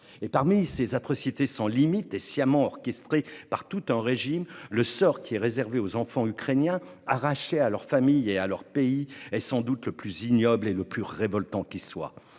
Parmi les atrocités sans limites et sciemment orchestrées par tout un régime, le sort réservé aux enfants ukrainiens arrachés à leurs familles et à leur pays est sans doute le plus ignoble et le plus révoltant qui soit.